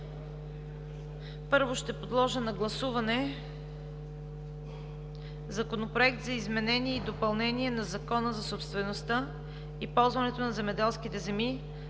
Първо ще подложа на гласуване Законопроект за изменение и допълнение на Закона за собствеността и ползването на земеделските земи